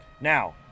Now